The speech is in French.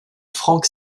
frank